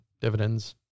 dividends